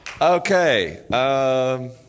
Okay